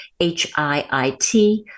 HIIT